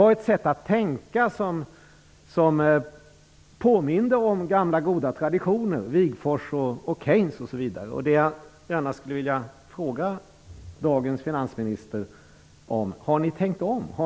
Det var ett sätt att tänka som påminde om gamla goda traditioner - Wigforss och Keynes. Har ni tänkt om?